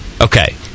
Okay